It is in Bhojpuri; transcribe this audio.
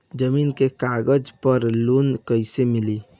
जमीन के कागज पर लोन कइसे मिली?